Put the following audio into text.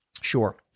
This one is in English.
Sure